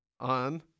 On